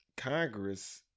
Congress